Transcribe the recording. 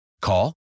Call